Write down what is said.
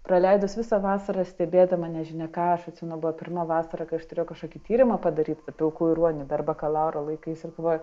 praleidus visą vasarą stebėdama nežinia ką aš atsimenu buvo pirma vasara kai aš turėjau kažkokį tyrimą padaryt pilkųjų ruonių dar bakalauro laikais ir galvoju